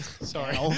Sorry